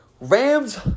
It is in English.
Rams